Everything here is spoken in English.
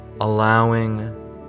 Allowing